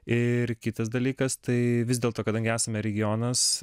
ir kitas dalykas tai vis dėlto kadangi esame regionas